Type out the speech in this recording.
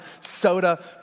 soda